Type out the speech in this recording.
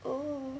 oh